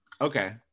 Okay